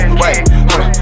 wait